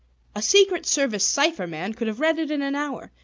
a secret service cipher man could have read it in an hour.